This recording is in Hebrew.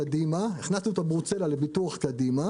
הכנסנו את הברוצלה לביטוח קדימה